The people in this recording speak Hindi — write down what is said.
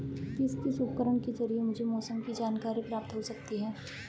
किस किस उपकरण के ज़रिए मुझे मौसम की जानकारी प्राप्त हो सकती है?